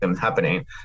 happening